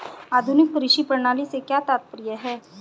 आधुनिक कृषि प्रणाली से क्या तात्पर्य है?